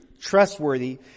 Trustworthy